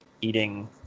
eating